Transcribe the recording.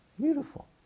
Beautiful